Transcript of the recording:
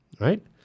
right